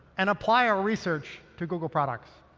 and apply our research to google products.